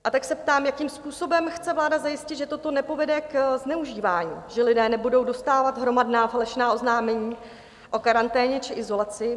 A tak se ptám, jakým způsobem chce vláda zajistit, že toto nepovede k zneužívání, že lidé nebudou dostávat hromadná plošná oznámení o karanténě či izolaci?